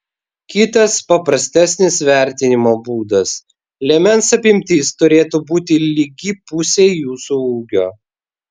kitas paprastesnis vertinimo būdas liemens apimtis turėtų būti lygi pusei jūsų ūgio